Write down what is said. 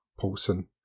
Paulson